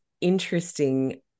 interesting